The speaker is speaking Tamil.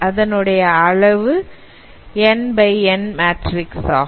அதனுடைய அளவு n X n matrix ஆகும்